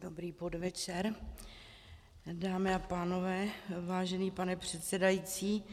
Dobrý podvečer, dámy a pánové, vážený pane předsedající.